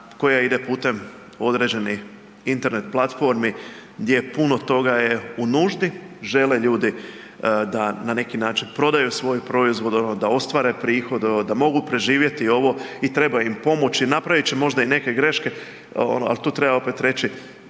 koja ide putem određenih internet platformi gdje puno toga je u nuždi, žele ljudi da na neki način prodaju svoj proizvod ono da ostvare prihod, da mogu preživjeti ovo i treba im pomoći. Napravit će možda i neke greške ali tu treba reći,